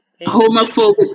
Homophobic